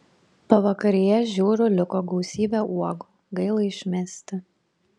pavakaryje žiūriu liko gausybė uogų gaila išmesti